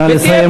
נא לסיים,